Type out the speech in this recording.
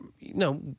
No